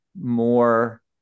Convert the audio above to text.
more